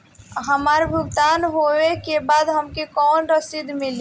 हमार भुगतान होबे के बाद हमके कौनो रसीद मिली?